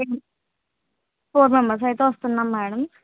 ఏంటి ma'am four members అయితే వస్తున్నాము మేడం